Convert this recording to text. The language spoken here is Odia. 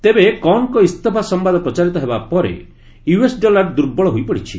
ତେବେ କନ୍ଙ୍କ ଇସ୍ତଫା ସମ୍ଭାଦ ପ୍ରଚାରିତ ହେବା ପରେ ୟୁଏସ୍ ଡଲାର୍ ଦୁର୍ବଳ ହୋଇପଡ଼ିଛି